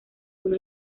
uno